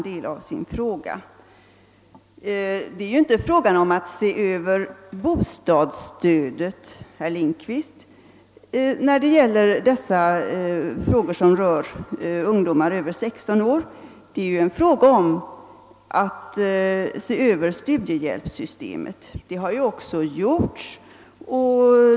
De problem som uppstår när barnen fyller 16 år sammanhänger inte med bostadsstödet utan med studiehjälpssystemet. Detta har också skett.